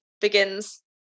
begins